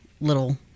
little